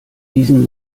diesen